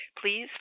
please